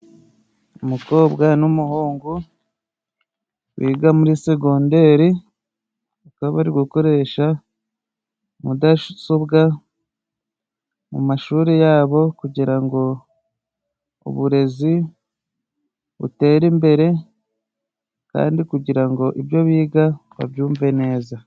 Umukobwa n'umuhungu biga muri segondere bakaba bari gukoresha mudasobwa mu mashuri yabo kugira ngo uburezi butere imbere, kandi kugira ngo ibyo biga babyumve neza.